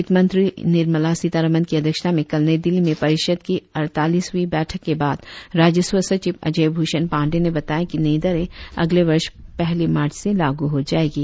वित्तमंत्री निर्मला सीतारमन की अध्यक्षता में कल नई दिल्ली में परिषद की अड़तालीसवीं बैठक के बाद राजस्व सचिव अजय भूषण पाण्डेय ने बताया कि नई दरें अगले वर्ष पहली मार्च से लागू हो जाएंगी